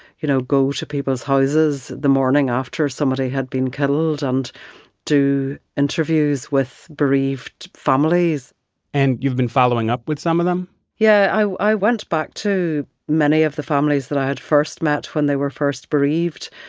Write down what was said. you know, go to people's houses the morning after somebody had been killed and do interviews with bereaved families and you've been following up with some of them yeah. i i went back to many of the families that i had first met when they were first bereaved.